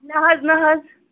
نہٕ حظ نہٕ حظ